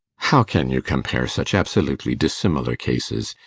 how can you compare such absolutely dissimilar cases?